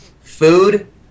Food